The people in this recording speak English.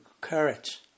courage